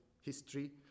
history